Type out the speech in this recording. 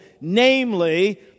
namely